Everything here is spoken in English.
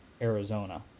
Arizona